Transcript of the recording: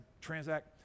transact